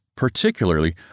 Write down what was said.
particularly